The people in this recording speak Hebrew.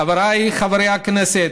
חבריי חברי הכנסת,